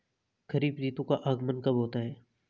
खरीफ ऋतु का आगमन कब होता है?